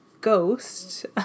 ghost